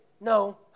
no